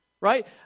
Right